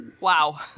wow